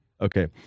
Okay